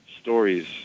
stories